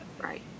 Right